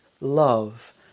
love